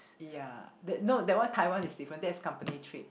ya no that one Taiwan is different that's company trip